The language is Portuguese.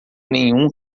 nenhum